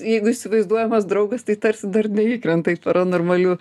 jeigu įsivaizduojamas draugas tai tarsi dar neįkrenta į paranormalių